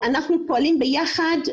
אנחנו פועלים ביחד.